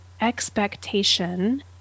expectation